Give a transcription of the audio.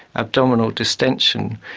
abdominal distension.